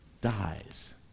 dies